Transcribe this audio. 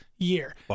year